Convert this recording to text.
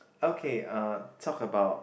okay uh talk about